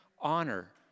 honor